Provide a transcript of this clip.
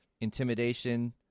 intimidation